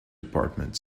department